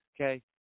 Okay